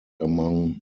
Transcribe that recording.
among